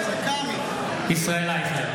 (קורא בשמות חברי הכנסת) ישראל אייכלר,